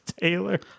Taylor